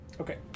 Okay